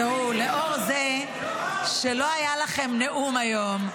תראו, לאור זה שלא היה לכם נאום היום,